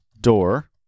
door